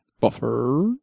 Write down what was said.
buffer